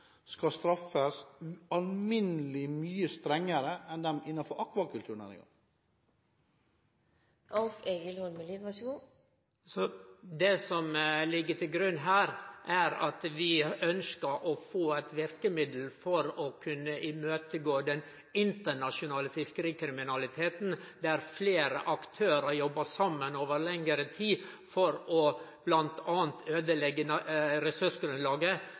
skal straffes ualminnelig mye strengere enn de innenfor akvakulturnæringen. Det som ligg til grunn, er at vi ønsker å få eit verkemiddel for å kunne imøtegå den internasjonale fiskerikriminaliteten, der fleire aktørar jobbar saman over lengre tid for bl.a. å øydelegge ressursgrunnlaget.